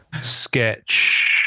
sketch